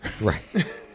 Right